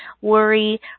worry